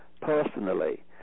Personally